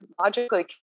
logically